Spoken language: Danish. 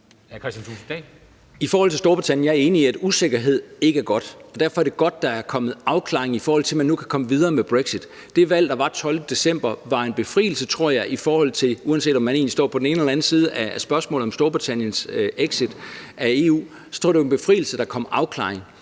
(DF): I forhold til Storbritannien: Jeg er enig i, at usikkerhed ikke er godt, og derfor er det godt, at der er kommet en afklaring i forhold til, at man nu kan komme videre med brexit. Det valg, der var den 12 december, var, tror jeg – uanset om man egentlig står på den ene eller den anden side af spørgsmålet om Storbritanniens exit af EU – en befrielse, i og med at der kom en afklaring,